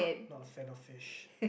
not a fan of fish